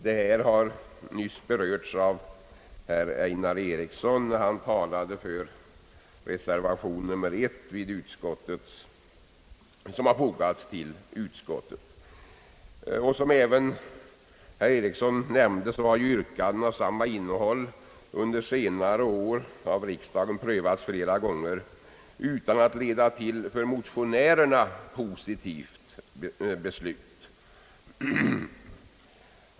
Denna fråga har nyss berörts av Einar Eriksson när han talade om den reservation I som fogats till utskottets betänkande. Som han även nämnde har yrkanden av samma innehåll under senare år prövats flera gånger av riksdagen utan att leda till för motionärerna positivt beslut.